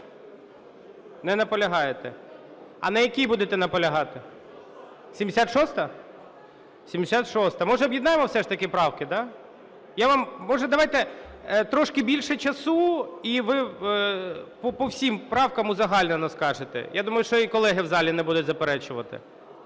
Не наполягаєте. А на якій будете наполягати? 76-а? 76-а. Може, об'єднати все ж таки правки, да? Може, давайте трішки більше часу і ви по всім правкам узагальнено скажете? Я думаю, що і колеги в залі не будуть заперечувати.